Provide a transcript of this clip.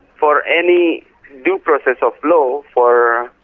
for any due process of law for,